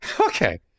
Okay